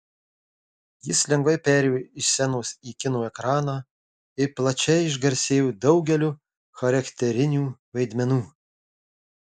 jis lengvai perėjo iš scenos į kino ekraną ir plačiai išgarsėjo daugeliu charakterinių vaidmenų